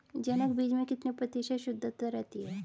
जनक बीज में कितने प्रतिशत शुद्धता रहती है?